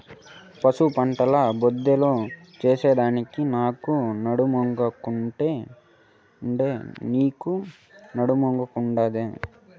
పసుపు పంటల బోదెలు చేసెదానికి నాకు నడుమొంగకుండే, నీకూ నడుమొంగకుండాదే